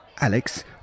Alex